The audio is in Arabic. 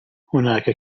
هناك